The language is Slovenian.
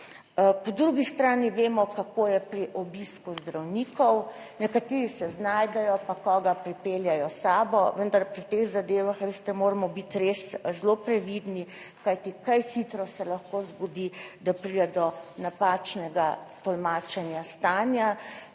po drugi strani vemo, kako je pri obisku zdravnikov, nekateri se znajdejo, pa koga pripeljejo s sabo, vendar pri teh zadevah, veste, moramo biti res zelo previdni, kajti kaj hitro se lahko zgodi, da pride do napačnega tolmačenja stanja